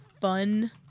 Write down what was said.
fun